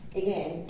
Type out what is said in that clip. again